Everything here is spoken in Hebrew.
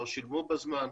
לא שילמו בזמן,